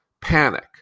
panic